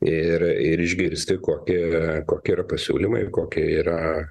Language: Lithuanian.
ir ir išgirsti kokie kokie yra pasiūlymai kokie yra